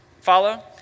follow